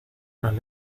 nos